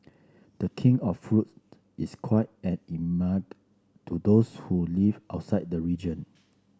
the King of Fruit is quite an to those who live outside the region